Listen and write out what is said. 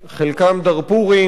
חלקם דארפורים.